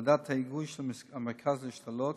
ועדת ההיגוי של המרכז להשתלות,